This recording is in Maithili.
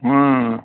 हूँ